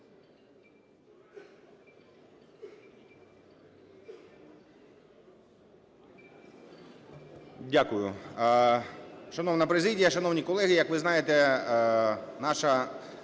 Дякую. Шановна президія, шановні колеги, як ви знаєте, наша